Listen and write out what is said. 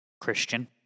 Christian